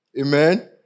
Amen